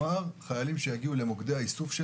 חיילים יגיעו למוקדי האיסוף,